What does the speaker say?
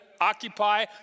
occupy